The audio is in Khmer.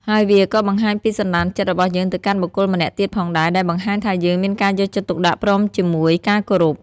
ហើយវាក៏បង្ហាញពី សន្ដានចិត្ត របស់យើងទៅកាន់បុគ្គលម្នាក់ទៀតផងដែរ ដែលបង្ហាញថាយើងមានការយកចិត្តទុកដាក់ ព្រមជាមួយការគោរព។